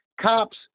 Cops